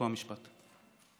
חוק ומשפט.